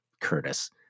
Curtis